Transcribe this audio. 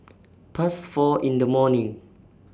Past four in The morning